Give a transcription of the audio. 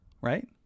right